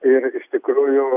ir iš tikrųjų